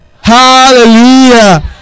Hallelujah